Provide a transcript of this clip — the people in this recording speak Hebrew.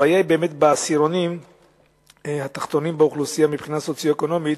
הבעיה היא בעשירונים התחתונים באוכלוסייה מבחינה סוציו-אקונומית,